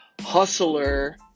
hustler